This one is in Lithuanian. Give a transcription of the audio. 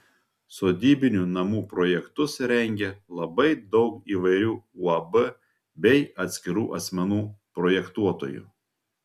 sodybinių namų projektus rengia labai daug įvairių uab bei atskirų asmenų projektuotojų